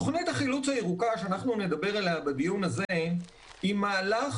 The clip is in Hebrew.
תוכנית החילוץ הירוקה שאנחנו נדבר עליה בדיון הזה היא מהלך